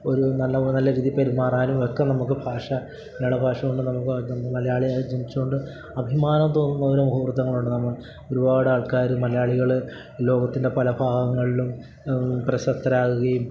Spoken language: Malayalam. ഒരു നല്ല പോലെ നല്ല രീതിയിൽ പെരുമാറാനുമൊക്കെ നമുക്ക് ഭാഷ മലയാള ഭാഷകൊണ്ട് നമുക്ക് മലയാളിയായി ജനിച്ചതുകൊണ്ട് അഭിമാനം തോന്നുന്ന ഓരോ മുഹൂർത്തങ്ങളുണ്ട് നമ്മൾ ഒരുപാടാൾക്കാർ മലയാളികൾ ഈ ലോകത്തിൻ്റെ പല ഭാഗങ്ങളിലും പ്രശസ്തരാകുകയും